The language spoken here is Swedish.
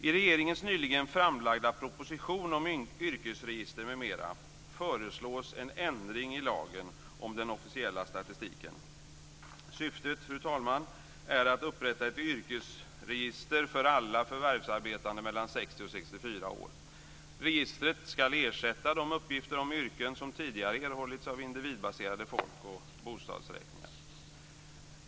I regeringens nyligen framlagda proposition om yrkesregister m.m. föreslås en ändring i lagen om den officiella statistiken. Syftet, fru talman, är att upprätta ett yrkesregister för alla förvärvsarbetande mellan 16 och 64 år. Registret ska ersätta de uppgifter om yrken som tidigare har erhållits av individbaserade folk och bostadsräkningar.